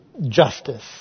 justice